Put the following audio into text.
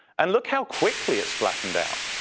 and look how quickly it's flattened out.